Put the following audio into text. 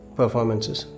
performances